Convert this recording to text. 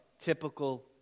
typical